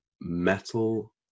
Metal